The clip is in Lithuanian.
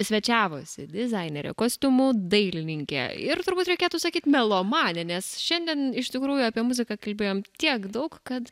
svečiavosi dizainerė kostiumų dailininkė ir turbūt reikėtų sakyti melomanė nes šiandien iš tikrųjų apie muziką kalbėjom tiek daug kad